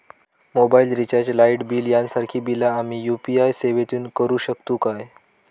Mobile recharge, light bill यांसारखी बिला आम्ही यू.पी.आय सेवेतून करू शकतू काय?